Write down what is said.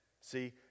See